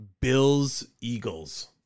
Bills-Eagles